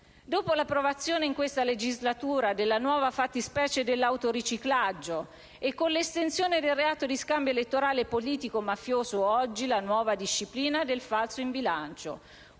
Dopo l'approvazione, in questa legislatura, della nuova fattispecie dell'autoriciclaggio e con l'estensione del reato di scambio elettorale politico-mafioso, oggi, la nuova disciplina del falso in bilancio,